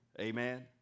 Amen